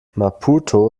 maputo